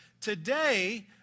Today